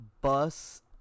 bus